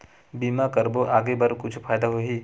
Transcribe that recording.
बीमा करबो आगे बर कुछु फ़ायदा होही?